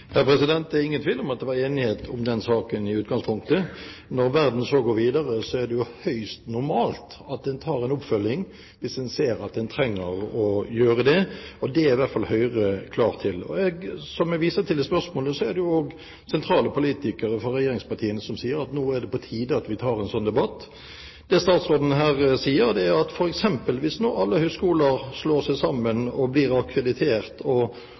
Det er ingen tvil om at det var enighet om den saken i utgangspunktet. Når verden så går videre, er det høyst normalt at en tar en oppfølging hvis en ser at en trenger å gjøre det. Det er i hvert fall Høyre klar til. Som jeg viser til i spørsmålet, er det også sentrale politikere fra regjeringspartiene som sier at det nå er på tide at vi tar en slik debatt. Det statsråden her sier, er at hvis f.eks. alle høyskoler nå slår seg sammen, blir akkreditert og får mulighet til å bli universiteter, gjør det ikke noe at høyskolesektoren forsvinner og